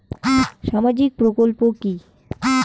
সামাজিক প্রকল্প কি?